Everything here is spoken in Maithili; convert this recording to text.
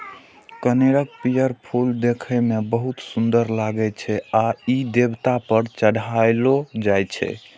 कनेरक पीयर फूल देखै मे बहुत सुंदर लागै छै आ ई देवता पर चढ़ायलो जाइ छै